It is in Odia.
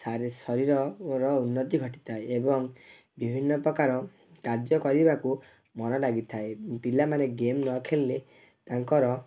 ଶରୀରର ଉନ୍ନତି ଘଟିଥାଏ ଏବଂ ବିଭିନ୍ନ ପ୍ରକାର କାର୍ଯ୍ୟ କରିବାକୁ ମନ ଲାଗିଥାଏ ପିଲାମାନେ ଗେମ୍ ନଖେଳିଲେ ତାଙ୍କର